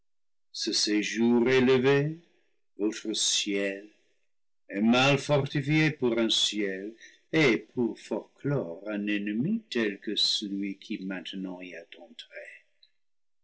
ce séjour élevé votre ciel est mal fortifié pour un ciel et pour forclore un ennemi tel que celui qui main tenant y est entré